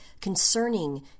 concerning